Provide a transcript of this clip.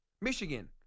Michigan